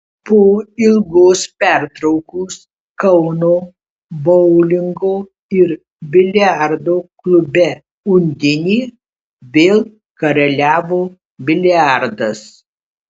po ilgos pertraukos kauno boulingo ir biliardo klube undinė vėl karaliavo biliardas